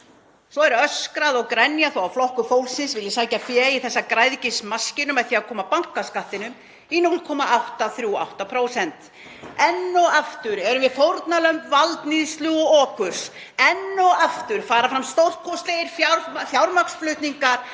Svo er öskrað og grenjað þegar Flokkur fólksins vill sækja fé í þessa græðgismaskínu með því að koma bankaskattinum í 0,838%. Enn og aftur erum við fórnarlömb valdníðslu og okurs, enn og aftur fara fram stórkostlegir fjármagnsflutningar